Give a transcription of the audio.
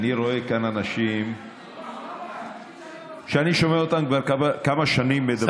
אני רואה כאן אנשים שאני שומע אותם כבר כמה שנים שמדברים,